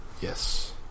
Yes